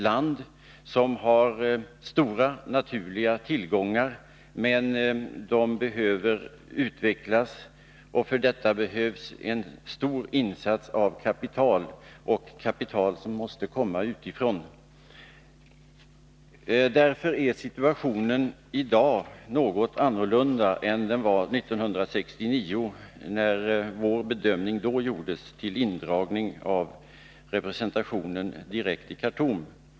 Landet har stora naturliga tillgångar, men de behöver utvecklas, och för det erfordras en stor insats av kapital — kapital som måste komma utifrån. Därför är situationen i dag något annorlunda än den var 1969, när vår bedömning beträffande indragning av representationen direkt i Khartoum gjordes.